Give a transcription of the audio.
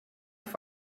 auf